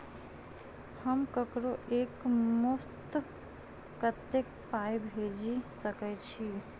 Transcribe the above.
हम ककरो एक मुस्त कत्तेक पाई भेजि सकय छी?